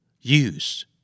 Use